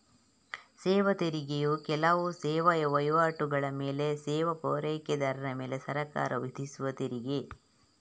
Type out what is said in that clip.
ಸೇವಾ ತೆರಿಗೆಯು ಕೆಲವು ಸೇವಾ ವೈವಾಟುಗಳ ಮೇಲೆ ಸೇವಾ ಪೂರೈಕೆದಾರರ ಮೇಲೆ ಸರ್ಕಾರವು ವಿಧಿಸುವ ತೆರಿಗೆ